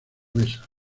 besa